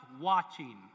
watching